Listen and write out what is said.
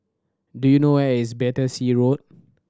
do you know where is Battersea Road